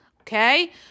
okay